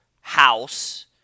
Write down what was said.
House